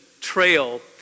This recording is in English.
trail